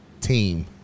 team